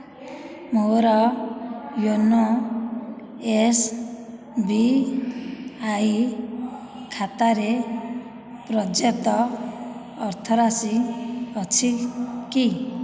ମୋ'ର YONO SBI ଖାତାରେ ପର୍ଯ୍ୟାପ୍ତ ଅର୍ଥରାଶି ଅଛି କି